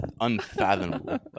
unfathomable